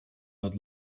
nad